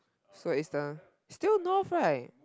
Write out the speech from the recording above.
so it's the still north right